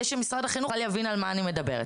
שמשרד החינוך בכלל יבין על מה אני מדברת.